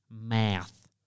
math